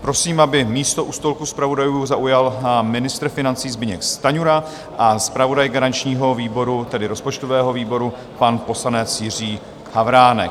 Prosím, aby místo u stolku zpravodajů zaujal ministr financí Zbyněk Stanjura a zpravodaj garančního výboru, tedy rozpočtového výboru, pan poslanec Jiří Havránek.